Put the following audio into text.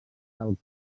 del